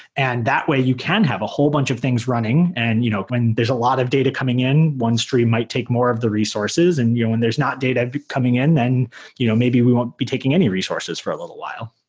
and that way you can have a whole bunch of things running. and you know when there's a lot of data coming in, one stream might take more of the resources. and you know when there's not data coming in, then you know maybe we won't be taking any resources for a little while.